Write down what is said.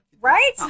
Right